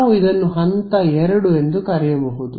ನಾವು ಇದನ್ನು ಹಂತ 2 ಎಂದು ಕರೆಯಬಹುದು